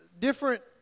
different